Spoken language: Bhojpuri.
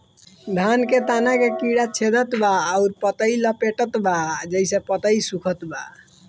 धान के तना के कीड़ा छेदत बा अउर पतई लपेटतबा जेसे पतई सूखत बा?